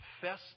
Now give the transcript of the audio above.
Confess